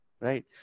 right